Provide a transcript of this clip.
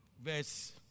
Verse